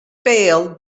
béal